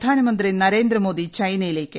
പ്രധാനമന്ത്രി നരേന്ദ്രമോദി ച്ചൈനയിലേക്ക്